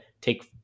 take